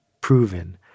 proven